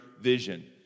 vision